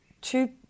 two